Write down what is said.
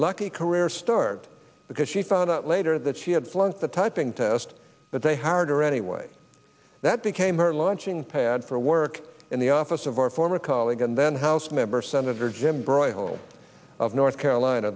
lucky career start because she found out later that she had flunked the typing test but they hired her anyway that became her launching pad for work in the office of our former colleague and then house member senator jim broyhill of north carolina